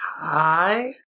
Hi